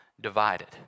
divided